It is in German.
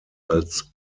als